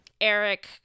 Eric